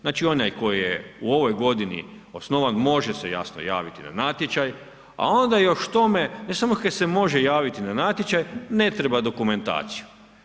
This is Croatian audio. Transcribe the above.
Znači onaj tko je u ovoj godini osnovan može se jasno javiti na natječaj, a onda još k tome ne samo kaj se može javiti na natječaj nego ne treba dokumentaciju.